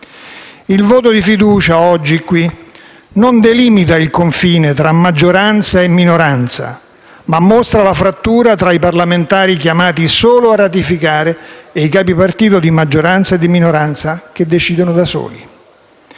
Il voto di fiducia oggi, qui, non delimita il confine tra maggioranza e minoranza ma mostra la frattura tra i parlamentari, chiamati solo a ratificare, e i capipartito di maggioranza e minoranza, che decidono da soli.